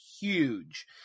huge